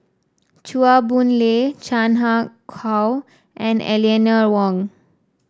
Chua Boon Lay Chan Ah Kow and Eleanor Wong